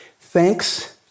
Thanks